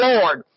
Lord